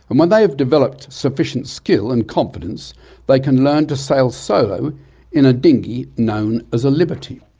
and when they have developed sufficient skill and confidence they can learn to sail solo in a dinghy known as a liberty.